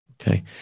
Okay